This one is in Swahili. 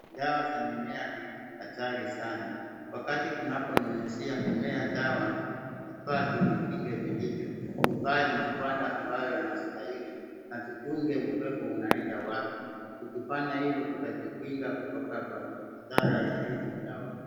Dawa za mimea ni hatari sana. Wakati tunapo nyunyizia mimea dawa inafaa tujikinge vilivyo. Tuvae magwanda ambayo yanayostahili na tuchunge upepo unaenda wapi. Tukifanya hivo tutajikinga kutoka kwa madhara ya hizi dawa.